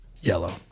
Yellow